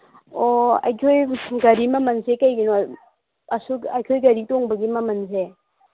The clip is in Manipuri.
ꯑꯣ ꯑꯩꯈꯣꯏ ꯒꯥꯔꯤ ꯃꯃꯜꯁꯦ ꯀꯩꯒꯤꯅꯣ ꯑꯁꯨꯛ ꯑꯩꯈꯣꯏ ꯒꯥꯔꯤ ꯇꯣꯡꯕꯒꯤ ꯃꯃꯜꯁꯦ